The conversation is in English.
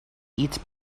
eats